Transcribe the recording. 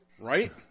right